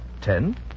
Ten